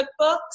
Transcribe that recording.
cookbooks